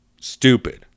stupid